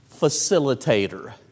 facilitator